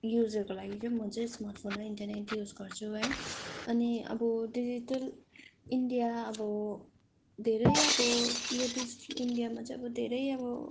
युजहरूको लागि म चाहिँ स्मार्ट फोन इन्टरनेट युज गर्छु है अनि अब डिजिटल इन्डिया अब धेरै अब यो डिजिटल इन्डियामा चाहिँ अब धेरै अब